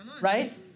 right